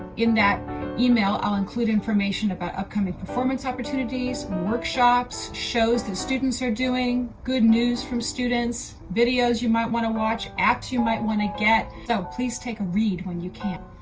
in that email, i'll include information about upcoming performance opportunities, workshops, shows that students are doing, good news from students, videos you might want to watch apps you might want to get so please take a read when you can.